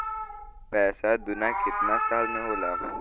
पैसा दूना कितना साल मे होला?